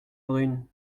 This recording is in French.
brune